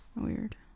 Weird